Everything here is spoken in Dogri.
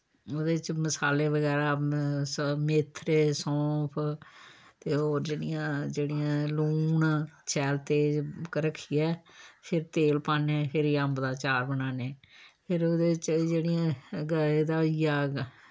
ओह्दे च मसाले बगैरा मेथरे सौंफ ते होर जेह्ड़ियां जेह्ड़ियां लून शैल तेज रक्खियै फिर तेल पान्ने फिरी अम्ब दा चार बनान्ने फिर उ'दे च जेह्ड़ियां एह्दा होइया